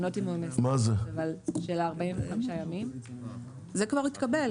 של ה-45 ימים --- זה כבר התקבל.